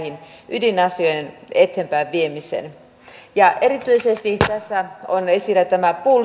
ydinasioiden eteenpäinviemiseen erityisesti tässä on esillä tämä puu